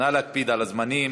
נא להקפיד על הזמנים.